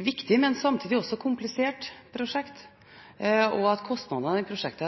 viktig, men samtidig også komplisert prosjekt, og at